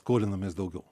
skolinamės daugiau